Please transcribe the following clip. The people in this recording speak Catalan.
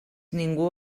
ningú